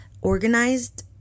organized